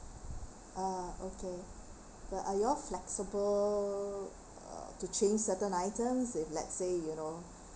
ah okay but are you all flexible uh to change certain item if let's say you know